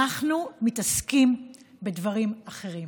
אנחנו מתעסקים בדברים אחרים.